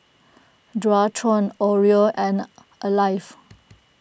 Dualtron Oreo and Alive